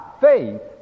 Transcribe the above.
faith